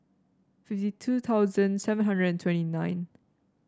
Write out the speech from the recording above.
fifty two thousand seven hundred and twenty nine